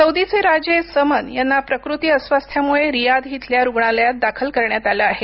सौदीचे राजे समन यांना प्रकृती अस्वास्थ्यामुळे रियाध इथल्या रुग्णालयात दाखल करण्यात आलं आहे